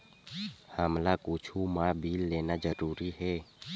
हमला कुछु मा बिल लेना जरूरी हे?